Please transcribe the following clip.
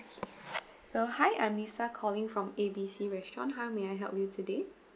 so hi I'm lisa calling from A B C restaurant how may I help you today